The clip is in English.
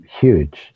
huge